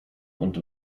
und